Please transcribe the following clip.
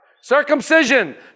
Circumcision